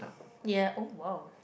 ya oh !wow!